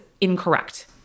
incorrect